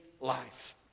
life